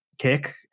Kick